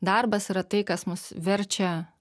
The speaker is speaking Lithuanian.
darbas yra tai kas mus verčia